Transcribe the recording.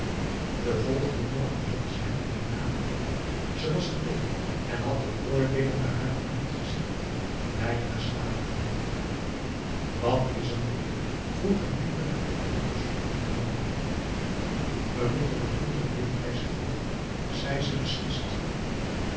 den volgenden morgen zocht ze hem in zijn kamer op ze was bleek en had te oordeelen naar haar vermoeid gezicht weinig geslapen wat is er nu weer vroeg hij minder met het bezoek ingenomen p a daum hoe hij raad van indië werd onder ps maurits we moeten een andere leefwijze volgen zei ze beslist